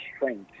strength